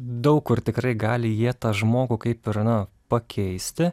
daug kur tikrai gali jie tą žmogų kaip ir na pakeisti